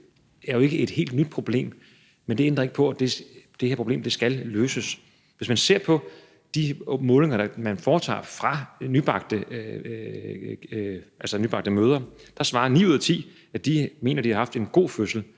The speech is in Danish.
Det er jo ikke et helt nyt problem, men det ændrer ikke på, at det her problem skal løses. Hvis man ser på de målinger, der foretages om nybagte mødre, svarer ni ud af ti, at de mener, at de har haft en god fødsel.